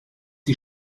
die